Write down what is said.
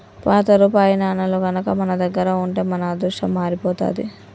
పాత రూపాయి నాణేలు గనక మన దగ్గర ఉంటే మన అదృష్టం మారిపోతాది